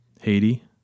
Haiti